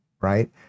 right